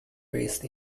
raised